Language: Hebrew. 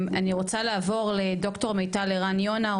אני רוצה לעבור לדוקטור מיטל ערן יונה,